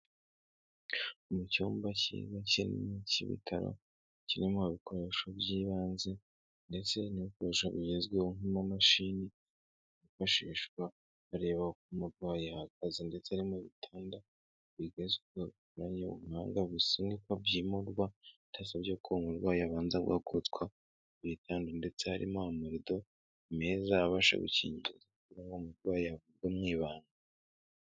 Mu cyumba cyiza kinini cy'ibitaro, kirimo ibikoresho by'ibanze ndetse n'ibikoresho bigezweho nk'amamashini, yifashishwa bareba uko umurwayi ahahagaze ndetse harimo bitanda bigezwaho bikoranye ubuhanga, bisunikw, byimurwa byimurwa bidasabye ko uwo murwayi abanza guhaguruswa ku gutanda ndetse harimo amarido meza abasha gukingiza, kuburyo umurwayi yavurwa mu ibanga.